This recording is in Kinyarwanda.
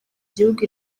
gihugu